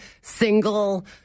single